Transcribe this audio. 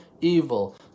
evil